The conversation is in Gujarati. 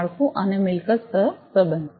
માળખું અને મિલકત સહસંબંધ